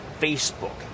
Facebook